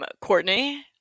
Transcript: courtney